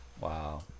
Wow